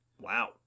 Wow